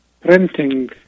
printing